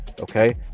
okay